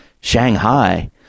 Shanghai